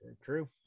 True